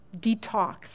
detox